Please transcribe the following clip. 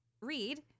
read